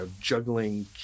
juggling